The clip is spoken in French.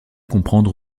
comprendre